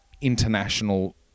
International